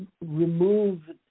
remove